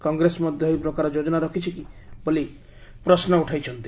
କଂଗ୍ରେସ ମଧ୍ୟ ଏହି ପ୍ରକାର ଯୋଜନା ରଖିଛି କି ବୋଲି ସେ ପ୍ରଶ୍ନ ଉଠାଇଛନ୍ତି